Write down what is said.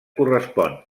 correspon